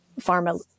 pharma